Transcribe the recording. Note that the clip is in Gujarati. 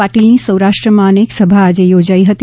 પાટિલની સૌરાષ્ટ્રમાં અનેક સભા આજે યોજાઈ હતી